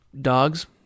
dog's